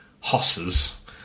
hosses